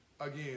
again